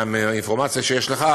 מהאינפורמציה שיש לך,